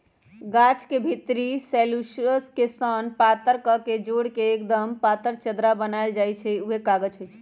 गाछ के भितरी सेल्यूलोस के सन पातर कके जोर के एक्दम पातर चदरा बनाएल जाइ छइ उहे कागज होइ छइ